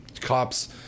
cops